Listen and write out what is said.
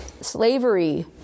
Slavery